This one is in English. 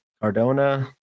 Cardona